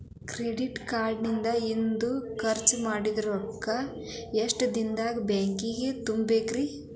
Credit card ಇಂದ್ ಖರ್ಚ್ ಮಾಡಿದ್ ರೊಕ್ಕಾ ಎಷ್ಟ ದಿನದಾಗ್ ಬ್ಯಾಂಕಿಗೆ ತುಂಬೇಕ್ರಿ?